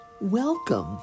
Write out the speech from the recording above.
Welcome